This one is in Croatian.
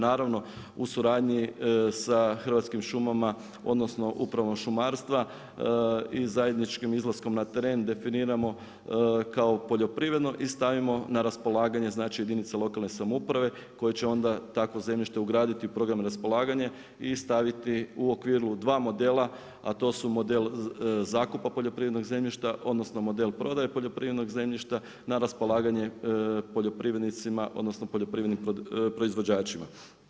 Naravno u suradnji sa Hrvatskim šumama odnosno Upravom šumarstva i zajedničkim izlaskom na teren definiramo kao poljoprivredno i stavimo na raspolaganje jedinica lokalne samouprave koje će onda u takvo zemljište ugraditi program raspolaganja i staviti u okviru dva modela, a to model zakupa poljoprivrednog zemljišta odnosno model prodaje poljoprivrednog zemljišta na raspolaganje poljoprivrednicima odnosno poljoprivrednim proizvođačima.